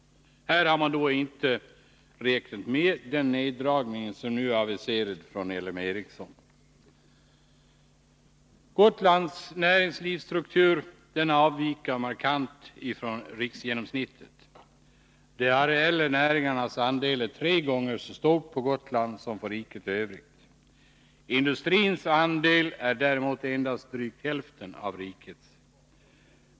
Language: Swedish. Här har man inte räknat med den neddragning som aviserats från ÅL M Ericsson. Gotlands näringslivsstruktur avviker markant från den riksgenomsnittliga. De areella näringarnas andel är tre gånger så stor på Gotland som i riket i Övrigt. Industrins andel är däremot endast drygt hälften av rikets.